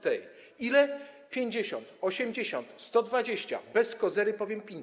Tey: Ile? 50, 80, 120, bez kozery powiem pińcet.